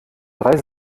drei